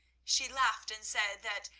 she laughed and said that,